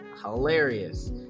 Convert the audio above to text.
Hilarious